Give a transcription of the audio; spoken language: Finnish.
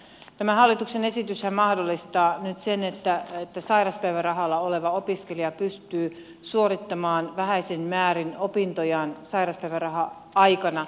tämä hallituksen esityshän mahdollistaa nyt sen että sairauspäivärahalla oleva opiskelija pystyy suorittamaan vähäisin määrin opintojaan sairauspäiväraha aikana